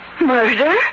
Murder